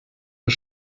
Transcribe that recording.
das